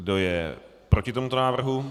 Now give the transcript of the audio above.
Kdo je proti tomuto návrhu?